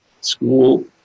school